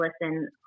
listen